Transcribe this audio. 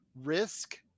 risk